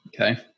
Okay